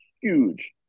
huge